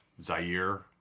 Zaire